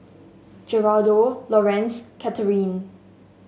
Geraldo Lorenz Katherin